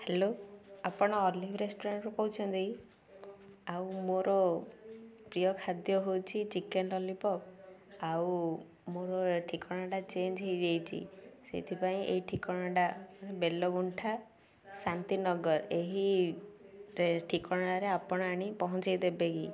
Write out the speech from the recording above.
hello ଆପଣ Olive ରେଷ୍ଟୁରାଣ୍ଟରୁ କହୁଛନ୍ତି ଆଉ ମୋର ପ୍ରିୟ ଖାଦ୍ୟ ହଉଛି ଚିକେନ୍ ଲଲିପପ୍ ଆଉ ମୋର ଠିକଣାଟା ଚେଞ୍ଜ ହେଇଯାଇଛି ସେଇଥିପାଇଁ ଏଇ ଠିକଣାଟା ବେଲଗୁଣ୍ଠା ଶାନ୍ତି ନଗର ଏହି ଠିକଣାରେ ଆପଣ ଆଣି ପହଞ୍ଚାଇ ଦେବେ କି